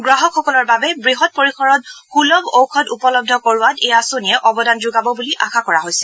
গ্ৰাহকসকলৰ বাবে বৃহৎ পৰিসৰত সুলভ ঔষধ উপলব্ধ কৰোৱাত এই আঁচনিয়ে অৱদান যোগাব বুলি আশা কৰা হৈছে